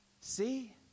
See